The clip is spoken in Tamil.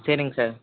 சரிங்க சார்